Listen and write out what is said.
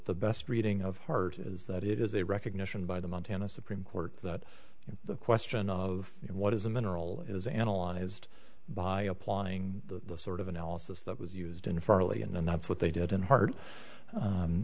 the best reading of heart is that it is a recognition by the montana supreme court that the question of what is a mineral is analyzed by applying the sort of analysis that was used unfairly and that's what they did in hard